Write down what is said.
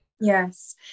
Yes